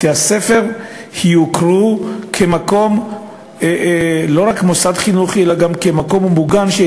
בתי-הספר יוכרו לא רק כמוסד חינוכי אלא גם כמקום מוגן.